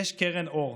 יש קרן אור.